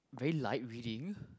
very light reading